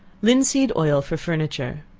linseed oil for furniture.